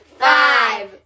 five